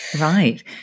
Right